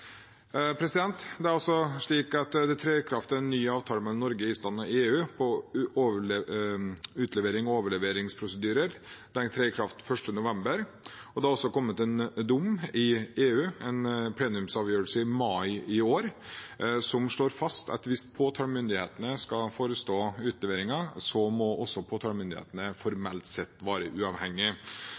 trer en ny avtale mellom Norge, Island og EU om utleverings- og overleveringsprosedyrer i kraft. Det er også kommet en dom i EU, en plenumsavgjørelse i mai i år, som slår fast at hvis påtalemyndigheten skal forestå utlevering, så må også påtalemyndigheten formelt sett være uavhengig.